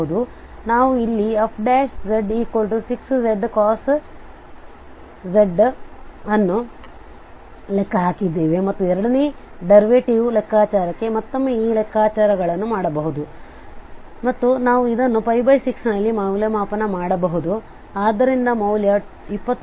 ಆದ್ದರಿಂದ ನಾವು ಇಲ್ಲಿ fz6z cos z ಅನ್ನು ಲೆಕ್ಕ ಹಾಕಿದ್ದೇವೆ ಮತ್ತು ಎರಡನೇ ದರ್ವೇಟಿವ್ ಲೆಕ್ಕಾಚಾರಕ್ಕೆ ಮತ್ತೊಮ್ಮೆ ಈ ಲೆಕ್ಕಾಚಾರಗಳನ್ನು ಮಾಡಬಹುದು ಮತ್ತು ನಾವು ಇದನ್ನು 6 ನಲ್ಲಿ ಮೌಲ್ಯಮಾಪನ ಮಾಡಬಹುದು ಆದ್ದರಿಂದ ಮೌಲ್ಯ 2116